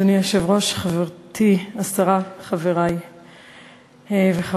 אדוני היושב-ראש, חברתי השרה, חברי וחברותי,